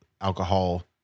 alcohol